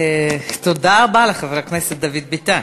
תודה רבה לחבר הכנסת דוד ביטן.